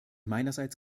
meinerseits